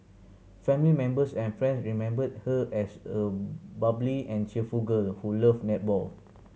family members and friends remembered her as a bubbly and cheerful girl who loved netball